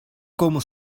como